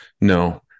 no